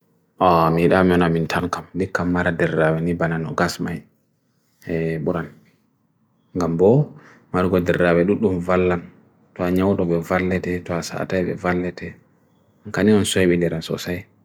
Amiram yon amintan kam, di kam mara derrawe nibana nogas mae buran. Gambo maro go derrawe dutu huvalan. Tua nyaudu huvalete, tua saateve valete. Kani on suwe bide ransosai.